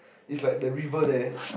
it's like the river there